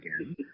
again